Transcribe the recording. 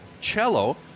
cello